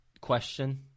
question